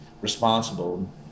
responsible